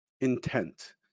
intent